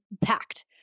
packed